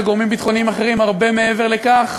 וגורמים ביטחוניים אחרים הרבה מעבר לכך,